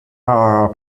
are